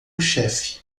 chefe